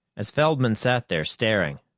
as feldman sat there staring,